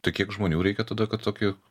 tai kiek žmonių reikia tada kad tokį